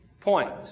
point